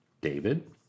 David